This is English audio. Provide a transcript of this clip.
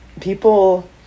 people